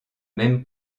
même